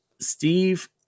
Steve